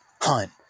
hunt